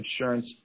insurance